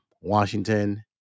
Washington